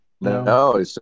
No